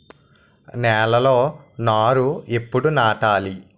నేలలో నారు ఎప్పుడు నాటాలి?